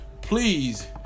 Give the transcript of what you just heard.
please